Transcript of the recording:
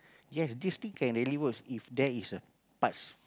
yes this thing can really works if there is a parts